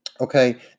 Okay